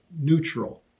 neutral